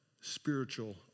spiritual